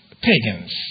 pagans